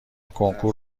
کنکور